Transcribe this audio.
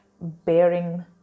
bearing